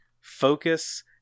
focus